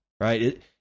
right